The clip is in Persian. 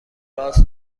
راست